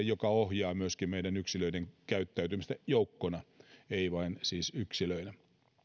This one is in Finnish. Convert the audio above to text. joka ohjaa myöskin meidän yksilöiden käyttäytymistä joukkona siis ei vain yksilöinä